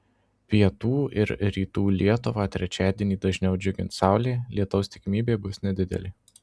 pietų ir rytų lietuvą trečiadienį dažniau džiugins saulė lietaus tikimybė bus nedidelė